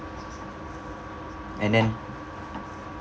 and then